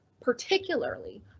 particularly